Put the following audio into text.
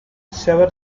sever